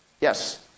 Yes